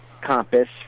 compass